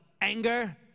anger